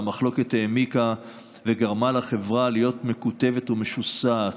והמחלוקת העמיקה וגרמה לחברה להיות מקוטבת ומשוסעת.